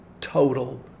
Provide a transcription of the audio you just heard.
total